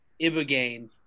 ibogaine